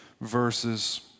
verses